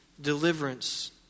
deliverance